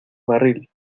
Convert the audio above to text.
barril